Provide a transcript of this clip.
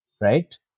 right